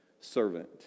servant